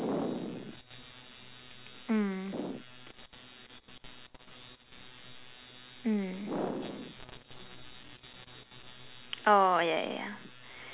mm mm oh yeah yeah yeah